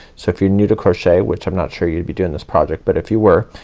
so if you're new to crochet, which i'm not sure you'd be doing this project but if you were